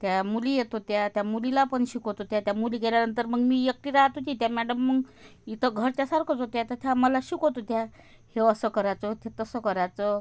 त्या मुली येत होत्या त्या मुलीला पण शिकवत होत्या त्या मुली गेल्यानंतर मग मी एकटी राहत होती त्या मॅडम मग इथं घरच्यासारखंच होत्या त्या था मला शिकवत होत्या हे असं करायचं ते तसं करायचं